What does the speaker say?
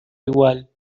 igual